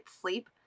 Sleep